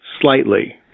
slightly